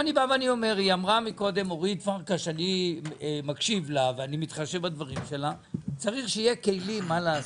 אמרה קודם אורית פרקש הכהן שצריך שיהיו כלים.